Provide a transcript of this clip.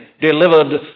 delivered